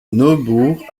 neubourg